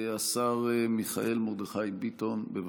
השר מיכאל מרדכי ביטון, בבקשה.